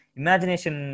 imagination